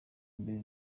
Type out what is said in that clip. mbere